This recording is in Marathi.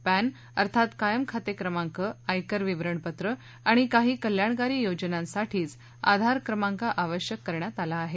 पॅन अर्थात कायम खाते क्रमांक आयकर विवरणपत्रं आणि काही कल्याणकारी योजनांसाठीच आधार क्रमांक आवश्यक करण्यात आला आहे